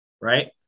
right